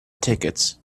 tickets